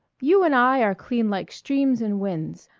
you and i are clean like streams and winds.